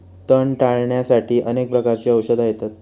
तण टाळ्याण्यासाठी अनेक प्रकारची औषधा येतत